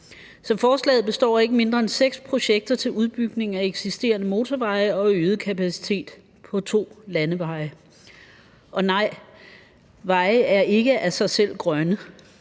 Forslaget består af ikke mindre end seks projekter til udbygning af eksisterende motorveje og øget kapacitet på to landeveje. Og nej, veje er ikke af sig selv grønne.